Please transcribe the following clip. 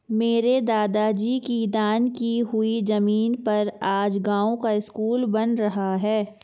मेरे दादाजी की दान की हुई जमीन पर आज गांव का स्कूल बन रहा है